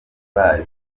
baje